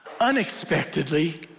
unexpectedly